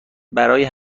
برای